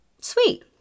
Sweet